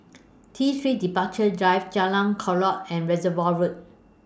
T three Departure Drive Jalan Chorak and Reservoir Road